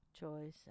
Choice